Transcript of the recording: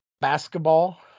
basketball